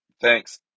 thanks